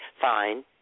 Fine